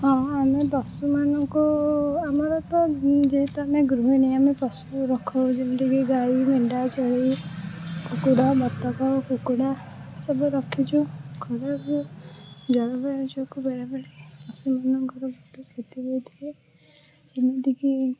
ହଁ ଆମେ ପଶୁମାନଙ୍କୁ ଆମର ତ ମୁଁ ଯେହେତୁ ଆମେ ଗୃହିଣୀ ଆମେ ପଶୁ ରଖୁ ଯେମିତିକି ଗାଈ ମେଣ୍ଢା ଛେଳି କୁକୁଡ଼ା ବତକ କୁକୁଡ଼ା ସବୁ ରଖିଛୁ କହିବାକୁ ଗଲେ ଜଳବାୟୁ ଯୋଗୁଁ ବେଳେବେଳେ ପଶୁମାନଙ୍କର ବହୁତ କ୍ଷତି ହେଇଥାଏ ଯେମିତିକି